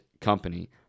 company